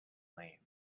lame